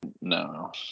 No